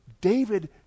David